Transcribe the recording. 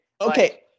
Okay